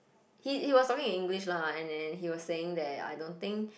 he he was talking in English lah and and he was saying that I don't think